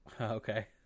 okay